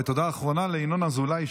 ותודה אחרונה לחבר הכנסת ינון אזולאי,